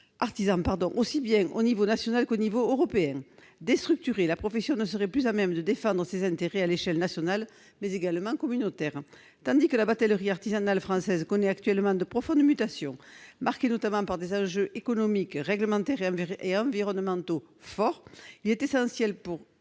artisans, tant au niveau national qu'européen. Déstructurée, la profession ne serait plus à même de défendre ses intérêts à l'échelle nationale, mais aussi communautaire. Tandis que la batellerie artisanale française connaît actuellement de profondes mutations marquées notamment par des enjeux économiques, réglementaires et environnementaux forts, il est essentiel pour